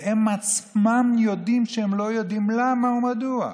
והם עצמם יודעים שהם לא יודעים למה ומדוע.